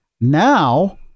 Now